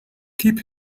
keep